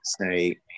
say